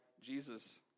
Jesus